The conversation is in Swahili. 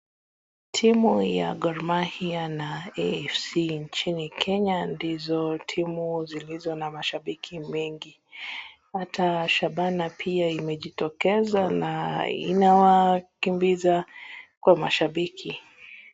Timu ta Gor Mahia na AFC nchini Kenya, ndizo timu zilizo na mashabiki wengi ata Shabana pia imejitokeza na inawakimbiza kwa mashabiki.